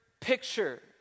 picture